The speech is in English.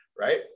right